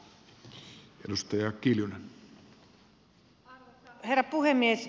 arvoisa herra puhemies